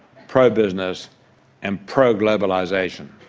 pro-business and pro-globalisation.